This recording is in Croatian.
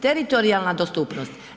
Teritorijalna dostupnost.